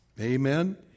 Amen